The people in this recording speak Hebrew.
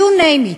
על אופנוע.